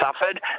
suffered